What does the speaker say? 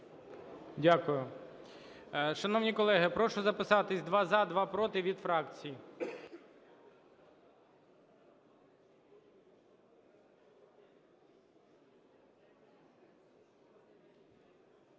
Дякую. Шановні колеги, прошу записатись: два – за, два – проти, від фракцій.